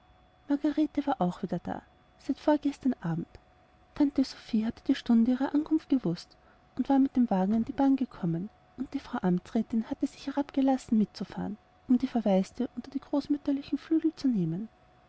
margarete war auch wieder da seit vorgestern abend tante sophie hatte die stunde ihrer ankunft gewußt und war mit dem wagen an die bahn gekommen und die frau amtsrätin hatte sich herabgelassen mitzufahren um die verwaiste unter die großmütterlichen flügel zu nehmen